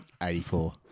84